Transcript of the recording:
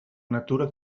natura